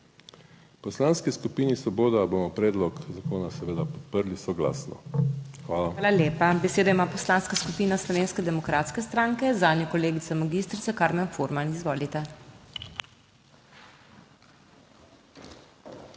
Poslanski skupini Svoboda bomo predlog zakona seveda podprli soglasno. Hvala. PODPREDSEDNICA MAG. MEIRA HOT: Hvala lepa. Besedo ima Poslanska skupina Slovenske demokratske stranke, zanjo kolegica magistrica Karmen Furman, izvolite.